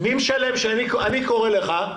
אני קורא לך,